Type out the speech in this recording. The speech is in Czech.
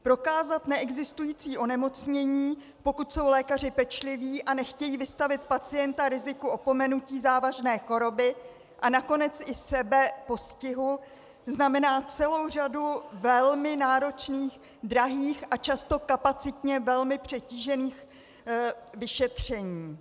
Prokázat neexistující onemocnění, pokud jsou lékaři pečliví a nechtějí vystavit pacienta riziku opomenutí závažné choroby a nakonec i sebe postihu, znamená celou řadu velmi náročných, drahých a často kapacitně velmi přetížených vyšetření.